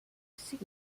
suit